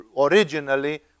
originally